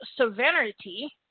sovereignty